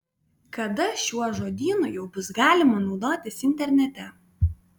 kada šiuo žodynu jau bus galima naudotis internete